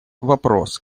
вопрос